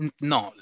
Non